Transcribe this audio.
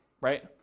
right